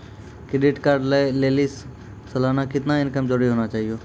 Credit card लय लेली सालाना कितना इनकम जरूरी होना चहियों?